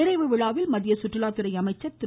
நிறைவு விழாவில் மத்திய சுற்றுலாத்துறை அமைச்சர் திரு